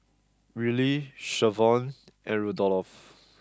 Rillie Shavon and Rudolfo